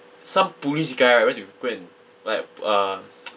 some police guy right went to go like uh